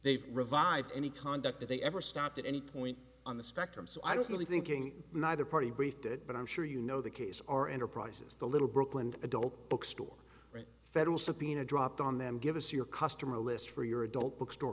they've revived any conduct that they ever stopped at any point on the spectrum so i don't really thinking neither party based it but i'm sure you know the case or enterprises the little brooklyn adult bookstore federal subpoena dropped on them give us your customer list for your adult bookstore